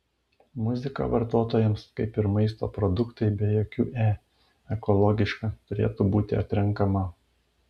muzika vartotojams kaip ir maisto produktai be jokių e ekologiška turėtų būti atrenkama